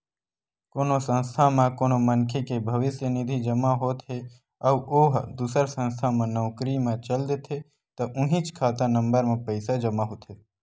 कोनो संस्था म कोनो मनखे के भविस्य निधि जमा होत हे अउ ओ ह दूसर संस्था म नउकरी म चल देथे त उहींच खाता नंबर म पइसा जमा होथे